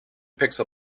pixel